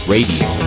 Radio